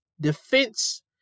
defense